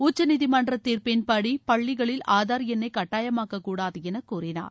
உச்சநீதிமன்ற தீர்ப்பின்படி பள்ளிகளில் ஆதார் எண்ணை கட்டாயமாக்கக் கூடதென கூறினார்